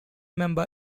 member